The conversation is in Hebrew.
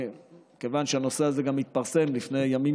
כיוון שהנושא הזה גם התפרסם לפני ימים